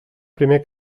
primer